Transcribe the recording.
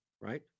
right